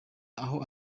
aho